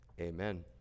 Amen